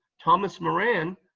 thomas moran,